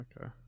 okay